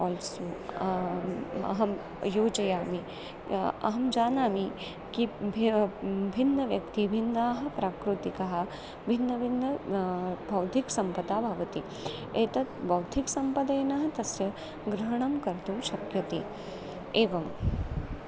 also अहं योजयामि अहं जानामि कि भि भिन्नव्यक्तिः भिन्नाः प्राकृतिकः भिन्नभिन्नः बौद्धिकसम्पदा भवति एतत् बौद्धिकसम्पदेन तस्य ग्रहणं कर्तुं शक्यते एवम्